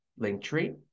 linktree